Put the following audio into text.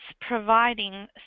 providing